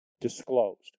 disclosed